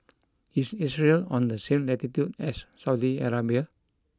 is Israel on the same latitude as Saudi Arabia